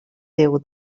déu